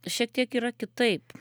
šiek tiek yra kitaip